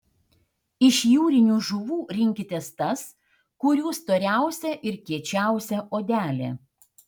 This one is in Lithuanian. iš jūrinių žuvų rinkitės tas kurių storiausia ir kiečiausia odelė